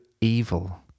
evil